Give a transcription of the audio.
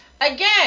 Again